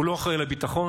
הוא לא אחראי לביטחון,